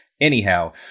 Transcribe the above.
Anyhow